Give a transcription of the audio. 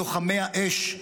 ללוחמי האש,